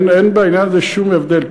אין בעניין הזה שום הבדל.